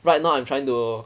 right now I'm trying to